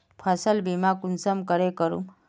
फसल बीमा कुंसम करे करूम?